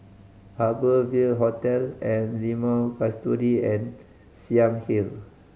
Harbour Ville Hotel and Limau Kasturi and Siang Hill